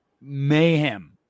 mayhem